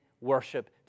worship